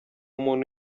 muntu